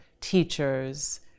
teachers